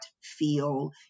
feel